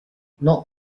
not